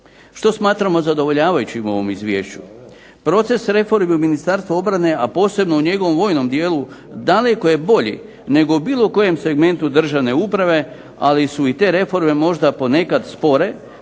Što smatramo zadovoljavajućim u ovom izvješću? Proces reformi u Ministarstvu obrane,a posebno u njegovom vojnom dijelu daleko je bolji nego u bilo kojem segmentu državne uprave, ali su i te reforme možda ponekad spore